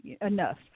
enough